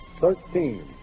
Thirteen